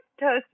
Toast